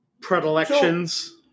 predilections